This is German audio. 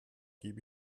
gebe